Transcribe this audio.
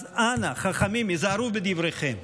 אז אנא, חכמים, היזהרו בדבריכם.